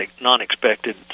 non-expected